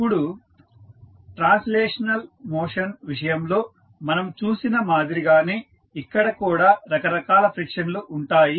ఇప్పుడు translational motion విషయంలో మనం చూసిన మాదిరిగానే ఇక్కడ కూడా రక రకాల ఫ్రిక్షన్ లు ఉంటాయి